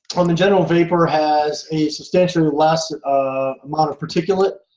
um general, vapor has a substantially less um amount of particulate.